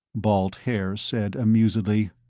balt haer said amusedly.